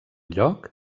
lloc